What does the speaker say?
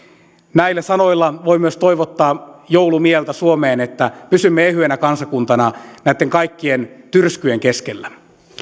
näillä sanoilla voin myös toivottaa joulumieltä suomeen että pysymme ehyenä kansakuntana näitten kaikkien tyrskyjen keskellä